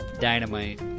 Dynamite